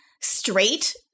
straight